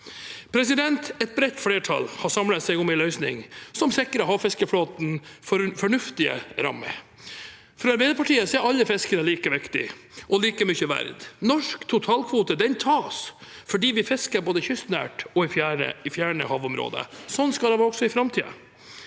omfordeling. Et bredt flertall har samlet seg om en løsning som sikrer havfiskeflåten fornuftige rammer. For Arbeiderpartiet er alle fiskere like viktige og like mye verdt. Norsk totalkvote tas fordi vi fisker både kystnært og i fjerne havområder. Sånn skal det være også i framtiden.